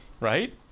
Right